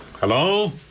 Hello